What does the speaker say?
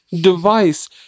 device